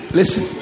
listen